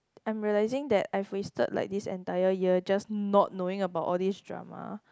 I'm realising that I've wasted like this entire year just not knowing about all these drama